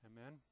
Amen